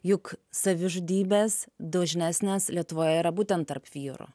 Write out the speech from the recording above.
juk savižudybės dažnesnės lietuvoje yra būtent tarp vyrų